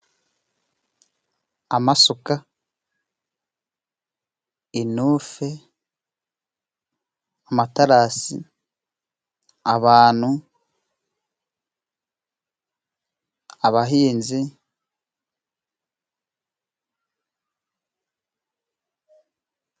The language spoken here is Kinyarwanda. Amasuka, inofe, amaterasi, abantu, abahinzi.